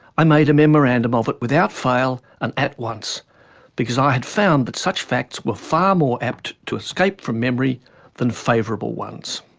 i made a memorandum of it without fail and at once because i had found that such facts were far more apt to escape from memory than favourable ones.